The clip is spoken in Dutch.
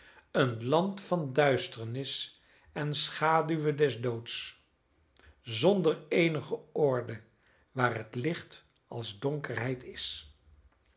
een land van duisternis en schaduwe des doods zonder eenige orde waar het licht als donkerheid is